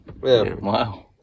wow